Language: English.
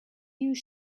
use